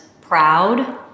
proud